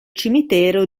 cimitero